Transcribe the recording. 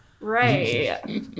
right